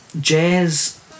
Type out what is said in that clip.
jazz